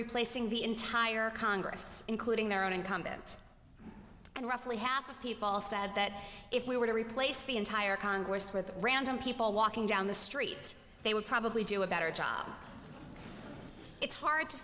replacing the entire congress including their own incumbent and roughly half of people said that if we were to replace the entire congress with random people walking down the street they would probably do a better job it's hard to